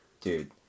dude